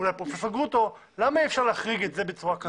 אולי פרופסור גרוטו למה אי אפשר להחריג את זה בצורה כזאת.